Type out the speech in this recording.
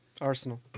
Arsenal